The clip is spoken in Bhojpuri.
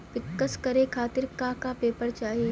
पिक्कस करे खातिर का का पेपर चाही?